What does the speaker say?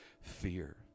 fear